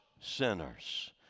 sinners